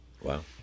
Wow